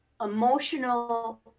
emotional